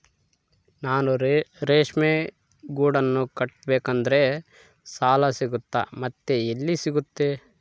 ನಾನು ರೇಷ್ಮೆ ಗೂಡನ್ನು ಕಟ್ಟಿಸ್ಬೇಕಂದ್ರೆ ಸಾಲ ಸಿಗುತ್ತಾ ಮತ್ತೆ ಎಲ್ಲಿ ಸಿಗುತ್ತೆ?